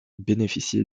bénéficier